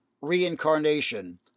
reincarnation